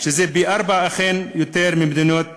שזה פי-ארבעה מבמדינות במערב,